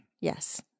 Yes